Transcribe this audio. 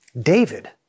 David